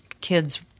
kids –